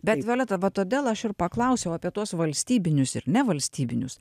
bet violeta va todėl aš ir paklausiau apie tuos valstybinius ir nevalstybinius